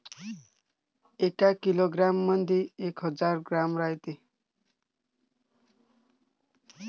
एका किलोग्रॅम मंधी एक हजार ग्रॅम रायते